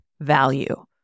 value